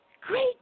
Great